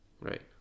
Right